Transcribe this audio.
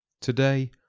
Today